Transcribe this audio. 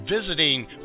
visiting